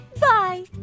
Bye